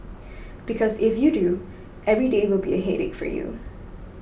because if you do every day will be a headache for you